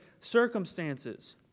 circumstances